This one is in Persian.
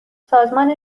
سازمان